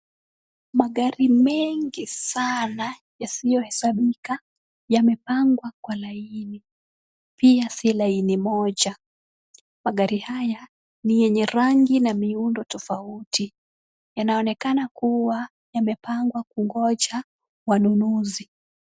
Magari mengi sana yasiyohesabika, yamepangwa kwa laini. Pia si laini moja. Magari haya ni yenye rangi na miundo tofauti. Yanaonekana kuwa, yamepangwa kungoja wanunuzi.